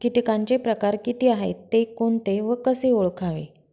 किटकांचे प्रकार किती आहेत, ते कोणते व कसे ओळखावे?